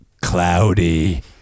cloudy